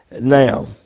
Now